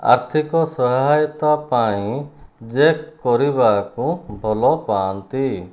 ଆର୍ଥିକ ସହାୟତା ପାଇଁ ଜେକ୍ କରିବାକୁ ଭଲ ପାଆନ୍ତି